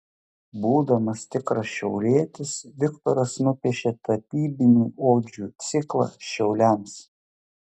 būdamas tikras šiaulietis viktoras nupiešė tapybinių odžių ciklą šiauliams